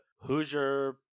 Hoosier